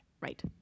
Right